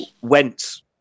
went